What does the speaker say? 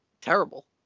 terrible